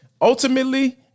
ultimately